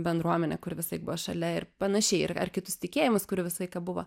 bendruomenę kur visai šalia ir panašiai ir ar kitus tikėjimus kurių vis aiką buvo